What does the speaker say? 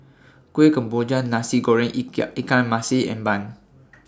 Kuih Kemboja Nasi Goreng Ikan Masin and Bun